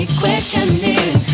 questioning